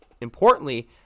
Importantly